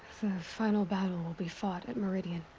final battle will be fought at meridian.